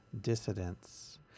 dissidents